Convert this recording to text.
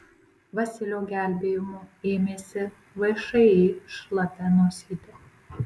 vasilio gelbėjimo ėmėsi všį šlapia nosytė